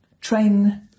train